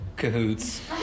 cahoots